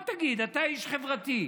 אתה איש חברתי.